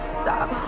stop